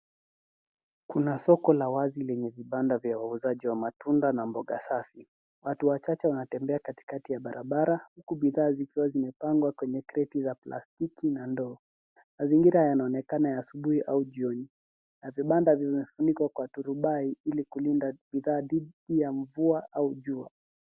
Kuna soko la wazi lenye vibanda vya wauzaji wa matunda na mboga safi. Watu wachache wanatembea katikati ya barabara huku bidhaa zikiwa zimepangwa kwenye kreti za plastiki na ndoo. Mazingira yanaonekana ya asubuhi au jioni. Na vibanda vimefunikwa kwa turubai ili kulinda bidhaa dhidi ya mvua au jua.